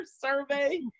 survey